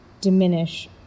diminish